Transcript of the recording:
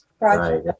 right